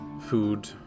Food